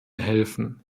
helfen